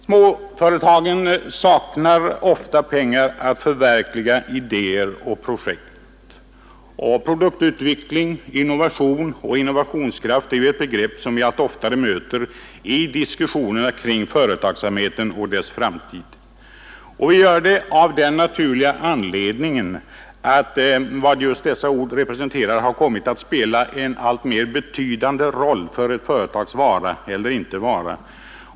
Småföretagen saknar ofta pengar att förverkliga idéer och projekt. Produktutveckling, innovation och innovationskraft är begrepp som vi allt oftare möter i diskussionerna kring företagsamheten och dess framtid. Vi gör det av den naturliga anledningen att vad just dessa ord representerar har kommit att spela en alltmer betydande roll för ett företags vara eller inte vara.